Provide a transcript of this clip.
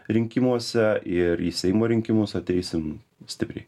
rinkimuose ir į seimo rinkimus ateisim stipriai